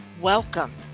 Welcome